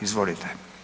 Izvolite.